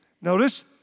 Notice